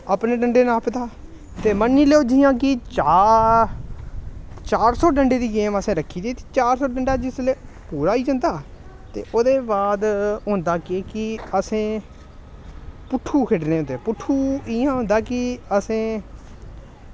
अपने डंडे नापदा ते मन्नी लैओ कि जि'यां चार चार सौ डंडे दी गेम असें रक्खी दी ते चार सौ डंडा जिसलै पूरा होई जंदा ते ओह्दे बाद होंदा केह् कि असें पुट्ठू खेढने होंदे पुट्ठू इ'यां होंदा कि असें